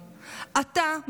אתה,